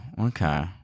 Okay